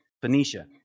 Phoenicia